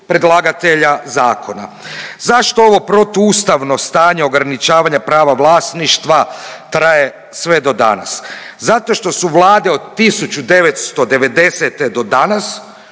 predlagatelja zakona. Zašto ovo protuustavno stanje ograničavanja prava vlasništva traje sve do danas? Zato što su vlade od 1990. do danas,